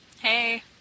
Hey